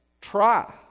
try